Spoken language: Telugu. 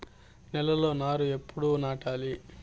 నేలలో నారు ఎప్పుడు నాటాలి?